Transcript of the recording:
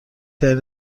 ترین